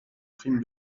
prime